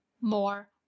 more